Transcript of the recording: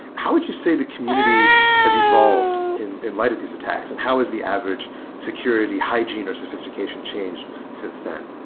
how would you say the community has evolved in in light of these attacks, and how has the average security hygiene or sophistication changed since then?